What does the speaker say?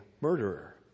murderer